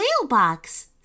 mailbox